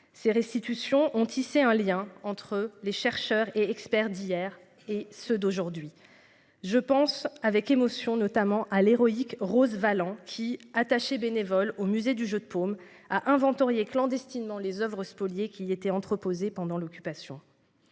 Ces restitutions ont tissé un lien entre les chercheurs et experts d'hier et ceux d'aujourd'hui, je pense avec émotion, notamment à l'héroïque Rose Valland qui attachée bénévole au musée du Jeu de Paume à inventorier clandestinement les Oeuvres spoliées qui étaient entreposées pendant l'occupation.